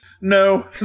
No